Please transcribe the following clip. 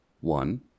One